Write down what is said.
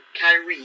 Kyrie